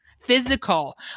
physical